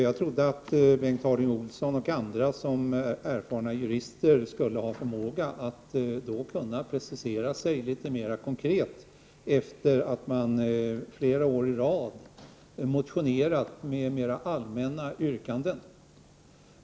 Jag trodde att Bengt Harding Olson och andra som är erfarna jurister skulle ha förmågan att precisera sig litet mer efter att flera år i rad ha motionerat med mer allmänna yrkanden.